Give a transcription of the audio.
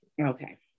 okay